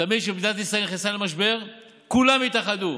תמיד כשמדינת ישראל נכנסה למשבר כולם התאחדו,